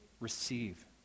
receive